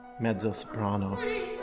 mezzo-soprano